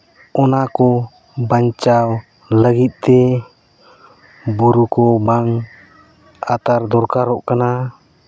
ᱚᱱᱟ ᱠᱚ ᱵᱟᱧᱪᱟᱣ ᱞᱟᱹᱜᱤᱫ ᱛᱮ ᱵᱩᱨᱩ ᱠᱚ ᱵᱟᱝ ᱟᱛᱟᱨ ᱫᱚᱨᱠᱟᱨᱚᱜ ᱠᱟᱱᱟ